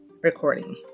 recording